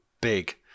big